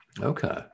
Okay